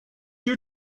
your